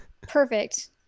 Perfect